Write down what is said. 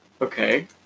Okay